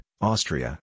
Austria